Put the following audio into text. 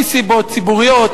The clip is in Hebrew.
מסיבות ציבוריות,